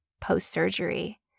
post-surgery